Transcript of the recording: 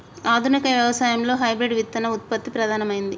ఆధునిక వ్యవసాయం లో హైబ్రిడ్ విత్తన ఉత్పత్తి ప్రధానమైంది